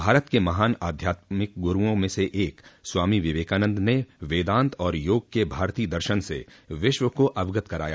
भारत के महान आध्यात्मिक गुरुओं में से एक स्वामी विवेकानंद ने वेदांत और योग के भारतीय दर्शन से विश्व को अवगत कराया